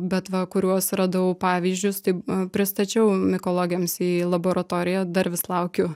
bet va kuriuos radau pavyzdžius tai pristačiau mikologėms į laboratoriją dar vis laukiu